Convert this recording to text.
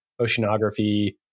oceanography